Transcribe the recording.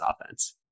offense